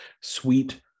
sweet